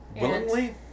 Willingly